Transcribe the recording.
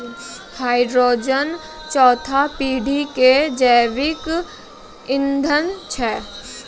hydrogen चौथा पीढ़ी के जैविक ईंधन छै